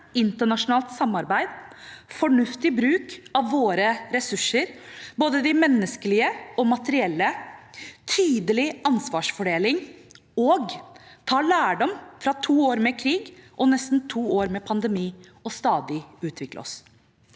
internasjonalt samarbeid, fornuftig bruk av våre ressurser, både de menneskelige og de materielle, tydelig ansvarsfordeling, og vi må ta lærdom fra to år med krig og nesten to år med pandemi og stadig utvikle oss.